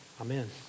Amen